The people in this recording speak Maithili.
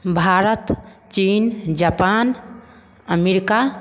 भारत चीन जापान अमेरिका